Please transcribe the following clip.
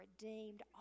redeemed